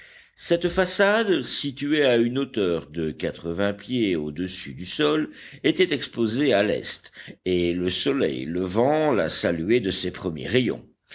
cette façade située à une hauteur de quatre-vingts pieds au-dessus du sol était exposée à l'est et le soleil levant la saluait de ses premiers rayons